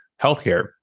healthcare